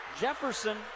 Jefferson